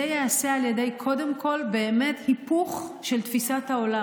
זה ייעשה קודם כול על ידי היפוך של תפיסת העולם.